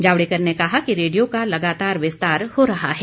जावेडकर ने कहा कि रेडियो का लगातार विस्तार हो रहा है